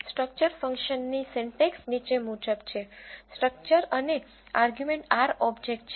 structure ફંક્શનની syntax નીચે મુજબ છે સ્ટ્રક્ચર અને આર્ગ્યુમેન્ટ R ઓબ્જેક્ટ છે